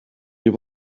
you